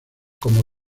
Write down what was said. como